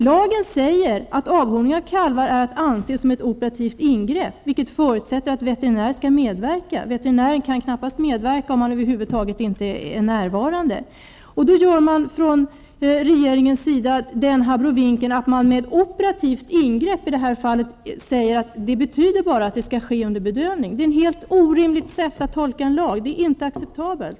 Lagen säger att avhorning av kalvar är att anse som ett operativt ingrepp, vilket förutsätter att veterinär skall medverka. Veterinären kan dock knap past medverka om han över huvud taget inte är närvarande. Regeringen gör då den abrovinken att säga att med operativt ingrepp skall i det här fallet menas bara att ingreppet sker under bedövning. Det är ett helt orimligt sätt att tolka en lag, och det är inte acceptabelt.